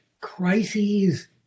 crises